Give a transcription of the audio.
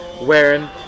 wearing